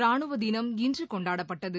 ராணுவ தினம் இன்று கொண்டாடப்பட்டது